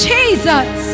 Jesus